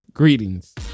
Greetings